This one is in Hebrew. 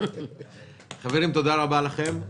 חברים, תודה רבה לכם.